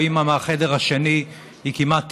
או "אימא" מהחדר השני היא כמעט טבעית.